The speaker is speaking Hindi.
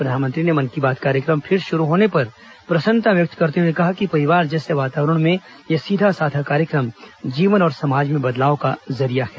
प्रधानमंत्री ने मन की बात कार्यक्रम फिर शुरू होने पर प्रसन्नता व्यक्त करते हुए कहा कि परिवार जैसे वातावरण में यह सीधा सादा कार्यक्रम जीवन और समाज में बदलाव का जरिया है